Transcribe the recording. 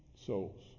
souls